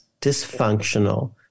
dysfunctional